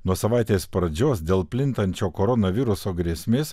nuo savaitės pradžios dėl plintančio koronaviruso grėsmės